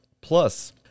Plus